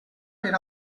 per